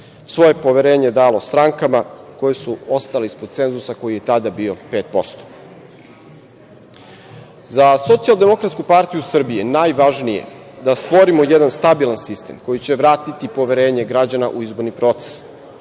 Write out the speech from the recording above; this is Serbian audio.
svoje poverenje dalo strankama koje su ostale ispod cenzusa koji je tada bio 5%.Za SDPS najvažnije je da stvorimo jedan stabilan sistem koji će vratiti poverenje građana u izborni proces,